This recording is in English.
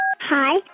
Hi